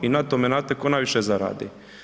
I na tome znate tko najviše zaradi?